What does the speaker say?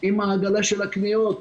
עם עגלת הקניות,